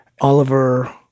Oliver